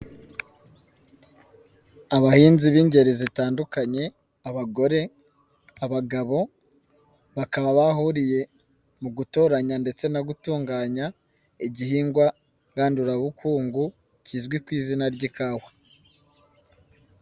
Abahinzi b'ingeri zitandukanye abagore, abagabo, bakaba bahuriye mu gutoranya ndetse no gutunganya igihingwa ngandurabukungu kizwi ku izina ry'ikawa.